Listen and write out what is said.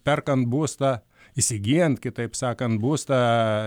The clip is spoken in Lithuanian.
perkant būstą įsigyjant kitaip sakant būstą